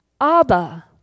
Abba